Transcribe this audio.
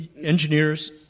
engineers